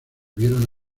vieron